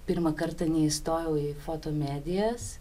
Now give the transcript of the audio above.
pirmą kartą neįstojau į foto medijas